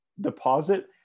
deposit